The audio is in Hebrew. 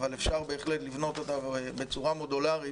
אבל אפשר לבנות אותה בצורה מודולרית,